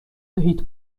دهید